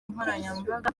nkoranyambaga